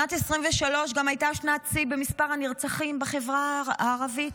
שנת 2023 גם הייתה שנת שיא בנרצחים בחברה הערבית.